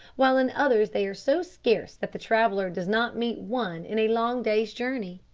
while in others they are so scarce that the traveller does not meet one in a long day's journey.